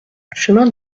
chemin